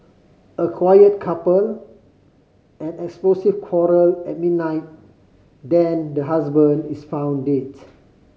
a quiet couple an explosive quarrel at midnight then the husband is found dead